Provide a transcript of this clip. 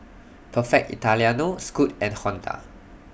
Perfect Italiano Scoot and Honda